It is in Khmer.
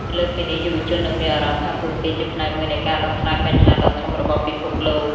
លើសពីនេះ យុវជននឹងមានអារម្មណ៍ថាពួកគេជាផ្នែកមួយនៃការដោះស្រាយបញ្ហាដ៏ធំរបស់ពិភពលោក។